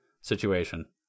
situation